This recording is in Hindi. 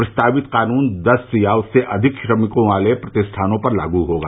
प्रस्तावित कानून दस या उससे अधिक श्रमिकों वाली प्रतिष्ठानों पर लागू होगा